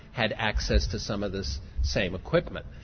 had access to some of this same equipment.